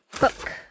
book